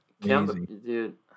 dude